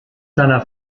seiner